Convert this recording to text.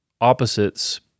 opposites